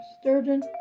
Sturgeon